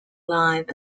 live